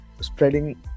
spreading